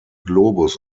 globus